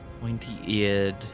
pointy-eared